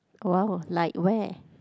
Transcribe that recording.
!wah! like where